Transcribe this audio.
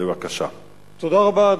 תודה רבה.